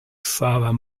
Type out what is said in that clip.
xaver